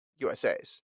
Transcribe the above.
USAs